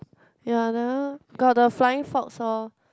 ya the one got the flying fox oh